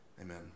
Amen